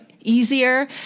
easier